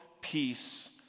peace